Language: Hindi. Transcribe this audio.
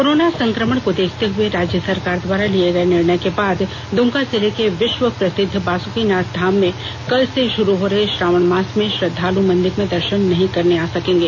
कोरोना संकमण को देखते हुए राज्य सरकार द्वारा लिये गए निर्णय के बाद दुमका जिले के विश्व प्रसिद्ध बासुकीनाथ धाम में कल से शुरू हो रहे श्रावण मास में श्रद्धालु मंदिर में दर्शन करने नहीं आ सकेंगे